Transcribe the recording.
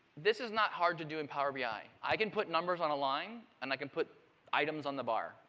this is not hard to do in power bi. i i can put numbers on a line and i can put items on the bar.